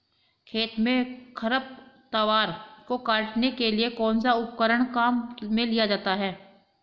खेत में खरपतवार को काटने के लिए कौनसा उपकरण काम में लिया जाता है?